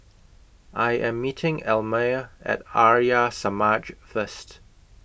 I Am meeting Elmire At Arya Samaj First